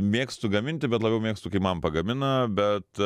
mėgstu gaminti bet labiau mėgstu kai man pagamina bet